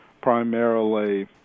primarily